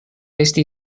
esti